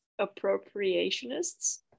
appropriationists